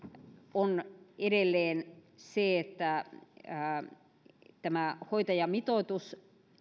on edelleen se että hoitajamitoitus